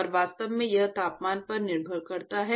और वास्तव में यह तापमान पर निर्भर करता है